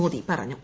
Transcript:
മോദി പറഞ്ഞു